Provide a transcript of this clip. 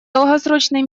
долгосрочный